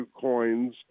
coins